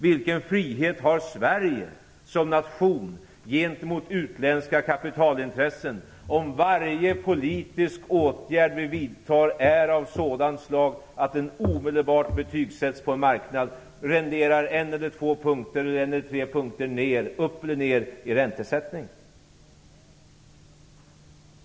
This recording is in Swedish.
Vilken frihet har Sverige som nation gentemot utländska kapitalintressen om varje politisk åtgärd vi vidtar är av sådant slag att den omedelbart betygsätts på en marknad och renderar en eller två punkter upp eller ned i räntesättning?